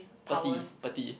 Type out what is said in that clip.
pathy pathy